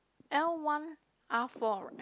L one R four right